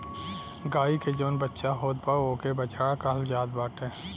गाई के जवन बच्चा होत बा ओके बछड़ा कहल जात बाटे